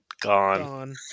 gone